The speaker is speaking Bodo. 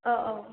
ओ औ